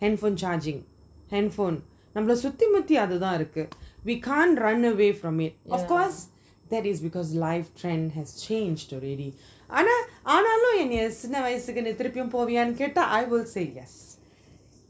handphone charging handphone நம்மள சுத்தி முத்தி அது தான் இருக்கு:nammala suthi muthi athu thaan iruku we can't run away from it of course that is because life has changed already அனா அனாலும் என்ன சின்னவயசுக்கு போவியனு கேட்ட:ana analum enna chinnavayasuku poviyanu keata I will say yes